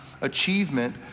achievement